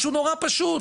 משהו נורא פשוט,